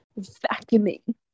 Vacuuming